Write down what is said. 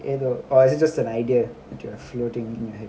ஏதோ:etho or is it just an idea that you are floating in your head